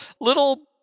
little